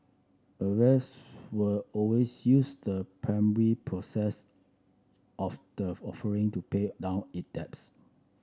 avast will always use the primary process of the offering to pay down it debts